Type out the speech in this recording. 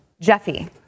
Jeffy